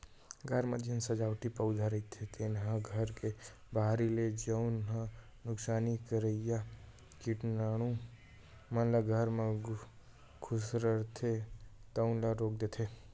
घर म जेन सजावटी पउधा रहिथे तेन ह घर के बाहिर ले जउन ह नुकसानी करइया कीटानु मन ल घर म खुसरथे तउन ल रोक देथे